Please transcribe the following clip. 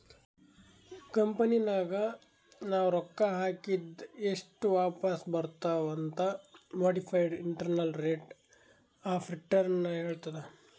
ಕಂಪನಿನಾಗ್ ನಾವ್ ರೊಕ್ಕಾ ಹಾಕಿದ್ ಎಸ್ಟ್ ವಾಪಿಸ್ ಬರ್ತಾವ್ ಅಂತ್ modified internal rate of return ಹೇಳ್ತುದ್